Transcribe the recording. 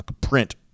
print